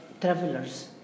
travelers